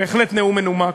בהחלט נאום מנומק,